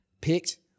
picked